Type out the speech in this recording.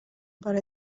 بار